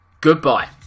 goodbye